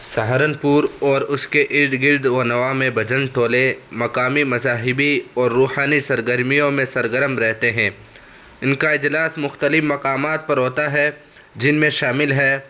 سہارنپور اور اس کے ارد گرد و نواح میں بھجن ٹولے مکامی مذاہبی اور روحانی سرگرمیوں میں سرگرم رہتے ہیں ان کا اجلاس مختلف مقامات پر ہوتا ہے جن میں شامل ہے